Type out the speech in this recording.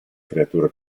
creatura